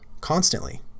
constantly